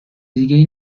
دیگه